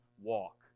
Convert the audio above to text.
walk